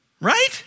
Right